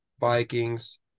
vikings